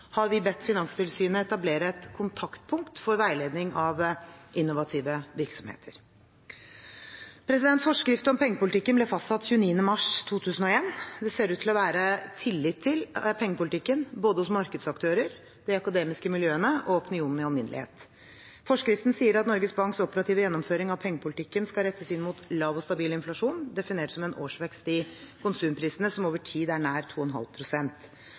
har vi bedt Finanstilsynet etablere et kontaktpunkt for veiledning av innovative virksomheter. Forskrift om pengepolitikken ble fastsatt 29. mars 2001. Det ser ut til å være tillit til pengepolitikken hos både markedsaktører, de akademiske miljøene og opinionen i sin alminnelighet. Forskriften sier at Norges Banks operative gjennomføring av pengepolitikken skal rettes inn mot lav og stabil inflasjon, definert som en årsvekst i konsumprisene, som over tid er nær 2,5